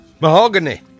Mahogany